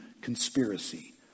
conspiracy